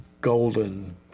golden